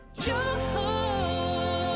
joy